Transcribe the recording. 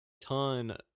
ton